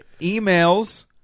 emails